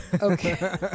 Okay